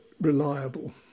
reliable